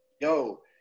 yo